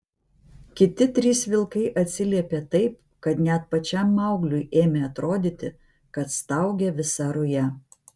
kiti trys vilkai atsiliepė taip kad net pačiam maugliui ėmė atrodyti kad staugia visa ruja